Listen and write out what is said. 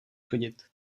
chodit